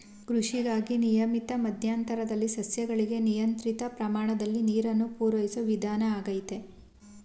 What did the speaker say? ಕೃಷಿಗಾಗಿ ನಿಯಮಿತ ಮಧ್ಯಂತರದಲ್ಲಿ ಸಸ್ಯಗಳಿಗೆ ನಿಯಂತ್ರಿತ ಪ್ರಮಾಣದ ನೀರನ್ನು ಪೂರೈಸೋ ವಿಧಾನ ಆಗೈತೆ